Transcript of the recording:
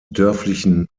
dörflichen